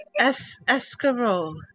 Escarole